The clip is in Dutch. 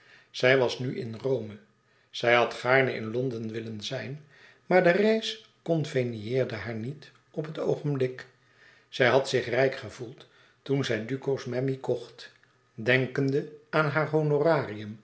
zij was nu in rome zij zoû gaarne in londen willen zijn maar de reis convenieerde haar niet op het oogenblik zij had zich rijk gevoeld toen zij duco's memmi kocht denkende aan haar